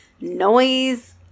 noise